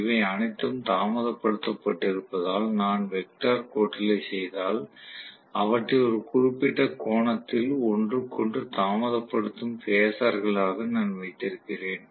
அவை அனைத்தும் தாமதப் படுத்தப் பட்டிருப்பதால் நான் வெக்டர் கூட்டலை செய்தால் அவற்றை ஒரு குறிப்பிட்ட கோணத்தில் ஒன்றுக்கொன்று தாமதப்படுத்தும் பேஸர்களாக நான் வைத்திருக்கிறேன்